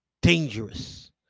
Dangerous